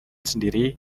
sendiri